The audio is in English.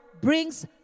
brings